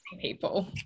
people